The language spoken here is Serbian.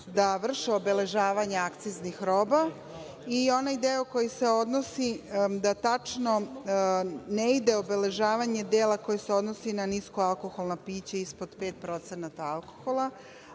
da vrše obeležavanje akciznih roba i onaj deo koji se odnosi da tačno ne ide obeležavanje dela koji se odnosi na niskoalkoholna pića ispod 5% alkohola,